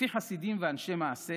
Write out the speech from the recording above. לפי חסידים ואנשי מעשה